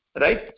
right